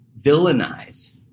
villainize